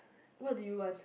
what do you want